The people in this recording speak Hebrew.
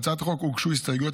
להצעת החוק הוגשו הסתייגויות.